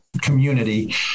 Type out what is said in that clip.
community